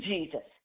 Jesus